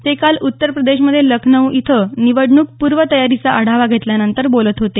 ते काल उत्तरप्रदेशमध्ये लखनौ इथं निवडणूक पूर्वतयारीचा आढावा घेतल्यानंतर बोलत होते